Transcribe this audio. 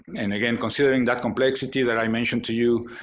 and again, considering that complexity that i mentioned to you,